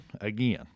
again